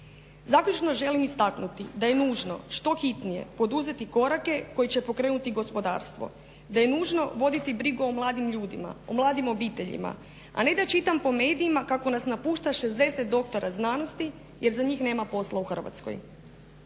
Zaključno želim istaknuti da je nužno što hitnije poduzeti korake koji će pokrenuti gospodarstvo, da je nužno voditi brigu o mladim ljudima, o mladim obiteljima a ne da čitam po medijima kako nas napušta 60 doktora znanosti jer za njih nema posla u Hrvatskoj.